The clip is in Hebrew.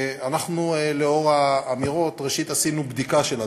לנוכח האמירות, ראשית עשינו בדיקה של הדברים.